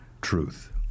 truth